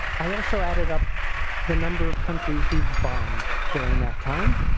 i also added up the number of countries we've bombed during that time